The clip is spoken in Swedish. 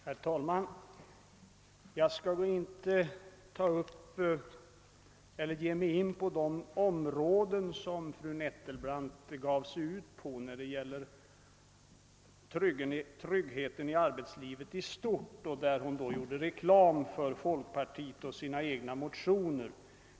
Herr talman! Jag skall inte gå in på de problemkomplex som fru Nettelbrandt gav sig in på när det gäller tryggheten i arbetslivet i stort och där hon gjorde reklam för folkpartiet och för sina egna motioner.